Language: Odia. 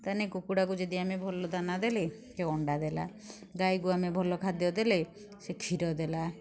ତା'ହେଲେ କୁକୁଡ଼ାକୁ ଯଦି ଆମେ ଭଲ ଦାନା ଦେଲେ କି ଅଣ୍ଡା ଦେଲା ଗାଈକୁ ଆମେ ଭଲ ଖାଦ୍ୟ ଦେଲେ ସେ କ୍ଷୀର ଦେଲା